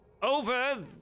Over